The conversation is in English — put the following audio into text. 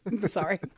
sorry